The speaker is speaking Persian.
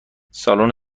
سالن